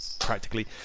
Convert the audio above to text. practically